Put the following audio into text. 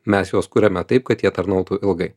mes juos kuriame taip kad jie tarnautų ilgai